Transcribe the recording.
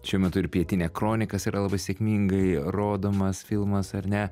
šiuo metu ir pietinia kronikas yra labai sėkmingai rodomas filmas ar ne